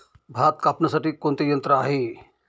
भात कापणीसाठी कोणते यंत्र आहे?